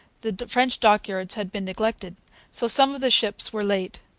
the french dockyards had been neglected so some of the ships were late,